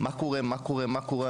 "מה קורה?", "מה קורה?", מה קורה?